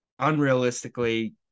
unrealistically